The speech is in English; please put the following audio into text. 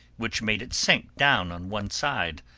which made it sink down on one side,